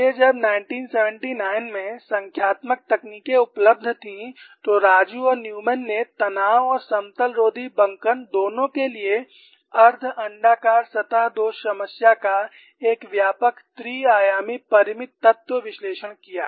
इसलिए जब 1979 में संख्यात्मक तकनीकें उपलब्ध थीं तो राजू और न्यूमैन ने तनाव और समतल रोधी बंकन दोनों के लिए अर्ध अण्डाकार सतह दोष समस्या का एक व्यापक त्रि आयामी परिमित तत्व विश्लेषण किया